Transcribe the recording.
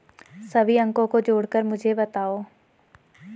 सभी अंकों को जोड़कर मुझे बताओ